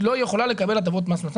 היא לא יכולה לקבל הטבות מס.